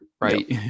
right